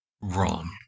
wrong